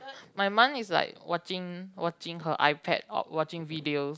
my mum is like watching watching her iPad or watching videos